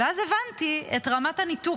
ואז הבנתי את רמת הניתוק.